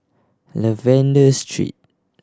Lavender Street